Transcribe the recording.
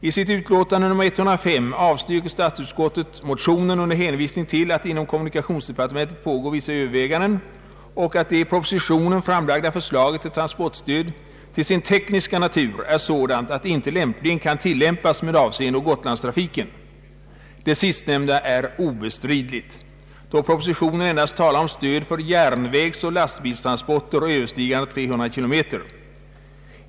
I sitt utlåtande nr 105 avstyrker statsutskottet motionen under hänvisning till att inom kommunikationsdepartementet pågår vissa överväganden och att det i propositionen framlagda förslaget till transportstöd till sin tekniska natur är sådant att det inte lämpligen kan tillämpas med avseende å Gotlandstrafiken. Det sistnämnda är cbestridligt, då propositionen endast talar om stöd för järnvägsoch lastbilstransporter överstigande 300 kilometer.